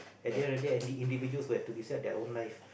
at the end of the day any individuals would have to decide their own life